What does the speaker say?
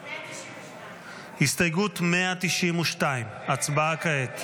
192. הסתייגות 192, הצבעה כעת.